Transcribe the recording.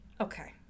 Okay